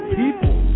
people